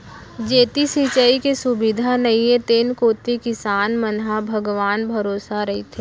जेती सिंचाई के सुबिधा नइये तेन कोती किसान मन ह भगवान भरोसा रइथें